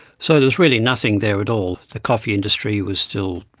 so there's really nothing there at all. the coffee industry was still,